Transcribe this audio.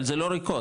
אבל זה לא ריקות,